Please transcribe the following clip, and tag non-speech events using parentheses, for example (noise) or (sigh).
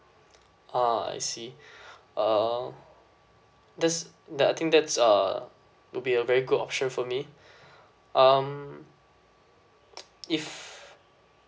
ah I see (breath) uh that's the I think that's a will be a very good option for me (breath) um if